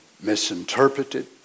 misinterpreted